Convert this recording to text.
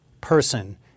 person